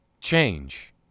change